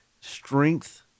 strength